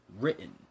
Written